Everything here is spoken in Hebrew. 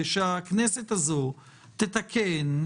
ושהכנסת הזו תתקן,